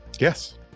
yes